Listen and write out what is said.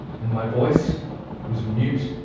and my voice was mute.